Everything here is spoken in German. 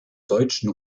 deutschen